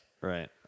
right